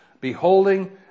beholding